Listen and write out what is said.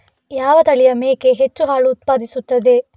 ಯಾವ ತಳಿಯ ಮೇಕೆ ಹೆಚ್ಚು ಹಾಲು ಉತ್ಪಾದಿಸುತ್ತದೆ?